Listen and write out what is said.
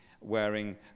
wearing